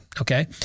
Okay